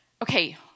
Okay